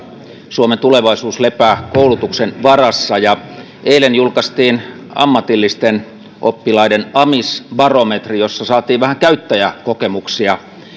suomen tulevaisuus lepää koulutuksen varassa eilen julkaistiin ammatillisten oppilaiden amisbarometri jossa saatiin vähän käyttäjäkokemuksia